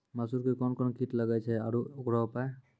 मसूर मे कोन कोन कीट लागेय छैय आरु उकरो उपाय?